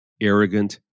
arrogant